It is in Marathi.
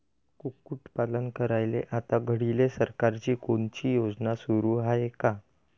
कुक्कुटपालन करायले आता घडीले सरकारची कोनची योजना सुरू हाये का?